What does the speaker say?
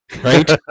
Right